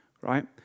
right